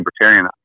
libertarian